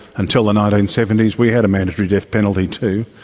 until the nineteen seventy s we had a mandatory death penalty too.